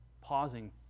pausing